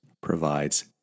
provides